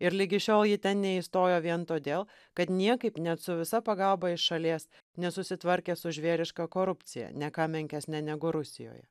ir ligi šiol ji ten neįstojo vien todėl kad niekaip net su visa pagalba iš šalies nesusitvarkė su žvėriška korupcija ne ką menkesne negu rusijoje